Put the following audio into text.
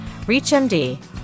ReachMD